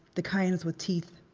the kinds with teeth.